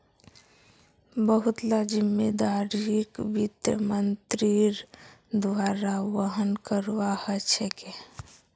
बहुत ला जिम्मेदारिक वित्त मन्त्रीर द्वारा वहन करवा ह छेके